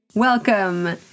Welcome